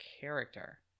character